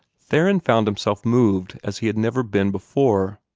theron found himself moved as he had never been before.